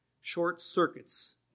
short-circuits